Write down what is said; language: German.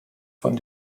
von